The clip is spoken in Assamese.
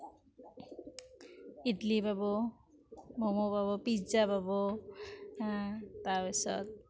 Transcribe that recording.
ইডলি পাব ম'ম' পাব পিজ্জা পাব তাৰপিছত